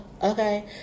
Okay